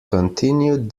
continued